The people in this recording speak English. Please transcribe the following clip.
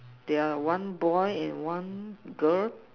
they are one boy and one girl